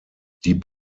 die